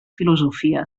filosofia